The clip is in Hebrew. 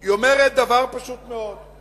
היא אומרת דבר פשוט מאוד;